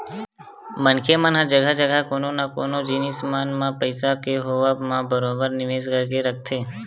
मनखे मन ह जघा जघा कोनो न कोनो जिनिस मन म पइसा के होवब म बरोबर निवेस करके रखथे